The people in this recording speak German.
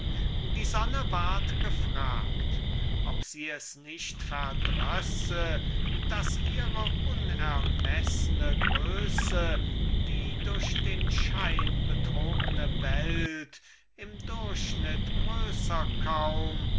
die sonne ward gefragt ob sie es nicht verdrösse daß ihre unermeßne größe die durch den schein betrogne welt im durchschnitt größer kaum